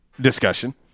discussion